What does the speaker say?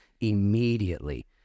immediately